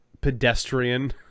pedestrian